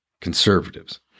conservatives